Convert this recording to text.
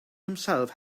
himself